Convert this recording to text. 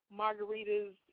margaritas